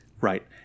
Right